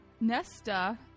Nesta